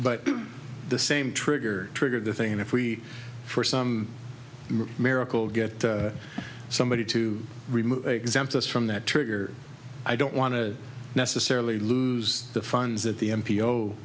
but the same trigger triggered the thing if we for some miracle get somebody to remove exempt us from that trigger i don't want to necessarily lose the funds that the m p